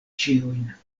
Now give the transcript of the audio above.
ĉiujn